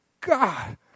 God